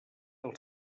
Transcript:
del